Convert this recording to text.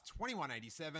2187